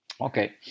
Okay